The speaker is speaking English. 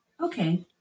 Okay